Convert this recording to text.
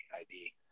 ID